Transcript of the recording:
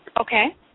Okay